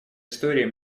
истории